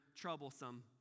troublesome